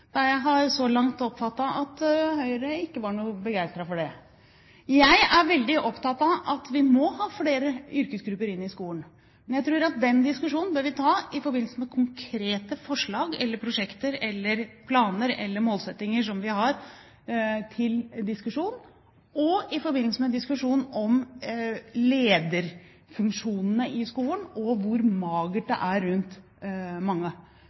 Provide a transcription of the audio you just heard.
har jeg så langt oppfattet at Høyre ikke er noe begeistret for det. Jeg er veldig opptatt av at vi må ha flere yrkesgrupper inn i skolen. Men jeg tror at vi bør ta den diskusjonen i forbindelse med konkrete forslag, prosjekter, planer eller målsettinger og i forbindelse med diskusjonen om lederfunksjonene i skolen – og hvor magert det er rundt mange